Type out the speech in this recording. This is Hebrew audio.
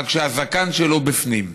רק שהזקן שלו הוא בפנים,